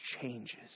changes